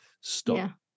stop